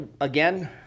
again